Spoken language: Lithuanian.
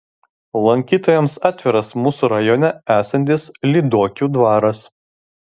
lankytojams atviras mūsų rajone esantis lyduokių dvaras